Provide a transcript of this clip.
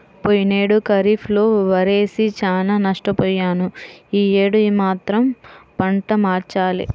పోయినేడు ఖరీఫ్ లో వరేసి చానా నష్టపొయ్యాను యీ యేడు మాత్రం పంట మార్చాలి